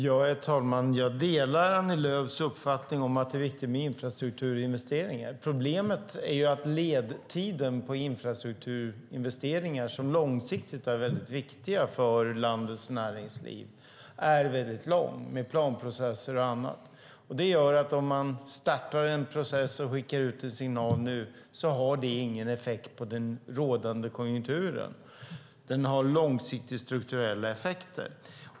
Herr talman! Jag delar Annie Lööfs uppfattning om att det är viktigt med infrastrukturinvesteringar. Problemet är att ledtiden för infrastrukturinvesteringar, som långsiktigt är mycket viktiga för landets näringsliv, är mycket lång med planprocesser och annat. Det gör att om man startar en process och skickar ut en signal nu har det ingen effekt på den rådande konjunkturen. Den har långsiktiga strukturella effekter.